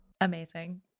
Amazing